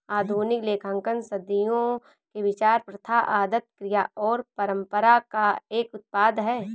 आधुनिक लेखांकन सदियों के विचार, प्रथा, आदत, क्रिया और परंपरा का एक उत्पाद है